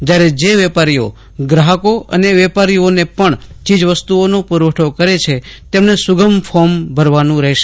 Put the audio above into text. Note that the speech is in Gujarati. જ્યારે જે વેપારીઓ ગ્રાહકો અને વેપારીઓને પણ ચીજવસ્તુઓનો પુરવઠો કરે છે તેમણે સુગમ ફોર્મ ભરવાનું રહેશે